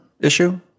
issue